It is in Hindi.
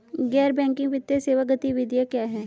गैर बैंकिंग वित्तीय सेवा गतिविधियाँ क्या हैं?